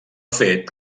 fet